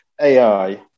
AI